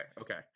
okay